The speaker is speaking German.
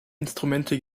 instrumente